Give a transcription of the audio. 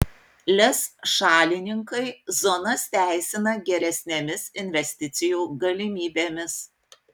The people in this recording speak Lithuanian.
lez šalininkai zonas teisina geresnėmis investicijų galimybėmis